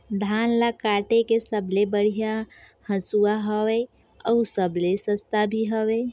धान ल काटे के सबले बढ़िया हंसुवा हवये? अउ सबले सस्ता भी हवे?